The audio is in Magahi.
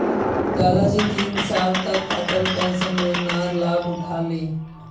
दादाजी तीन साल तक अटल पेंशन योजनार लाभ उठा ले